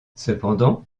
cependant